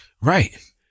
Right